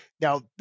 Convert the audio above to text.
Now